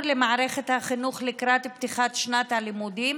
למערכת החינוך לקראת פתיחת שנת הלימודים,